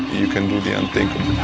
you can do the unthinkable.